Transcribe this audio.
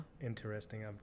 interesting